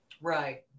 Right